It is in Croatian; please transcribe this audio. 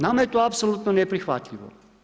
Nama je to apsolutno neprihvatljivo.